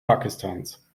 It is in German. pakistans